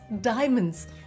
diamonds